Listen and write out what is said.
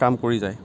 কাম কৰি যায়